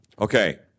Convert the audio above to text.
Okay